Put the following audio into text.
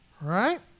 right